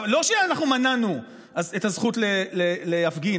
לא שאנחנו מנענו את הזכות להפגין,